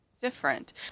different